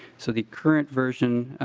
so the current version